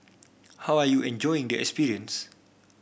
how are you enjoying the experience